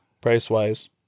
Price-wise